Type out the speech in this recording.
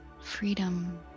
freedom